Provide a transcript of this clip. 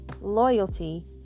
loyalty